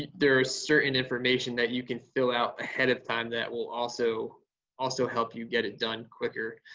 there are certain information that you can fill out ahead of time that will also also help you get it done quicker.